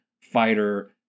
fighter